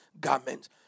garments